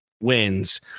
wins